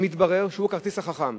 שהוא הכרטיס החכם.